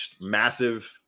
massive